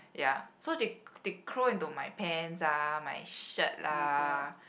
ya so they they crawl into my pants ah my shirt lah